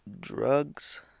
Drugs